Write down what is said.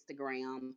Instagram